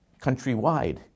countrywide